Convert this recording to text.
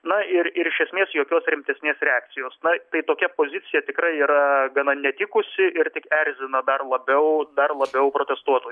na ir ir iš esmės jokios rimtesnės reakcijos na tai tokia pozicija tikrai yra gana netikusi ir tik erzina dar labiau dar labiau protestuotojus